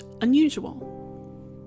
unusual